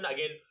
Again